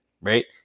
right